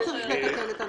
לא צריך לתקן את הנוסח.